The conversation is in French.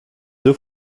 deux